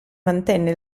mantenne